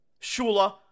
Shula